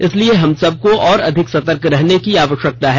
इसलिए हम सबको और अधिक सतर्क रहने की जरूरत है